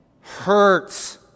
hurts